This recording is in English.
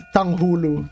Tanghulu